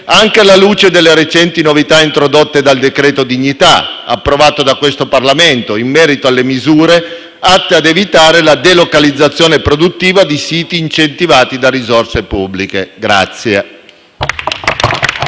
anche alla luce delle recenti novità introdotte dal decreto dignità, approvato da questo Parlamento, in merito alle misure atte ad evitare la delocalizzazione produttiva di siti incentivati da risorse pubbliche.